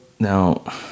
Now